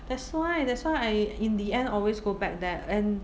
that's why that's why I in the end always go back there and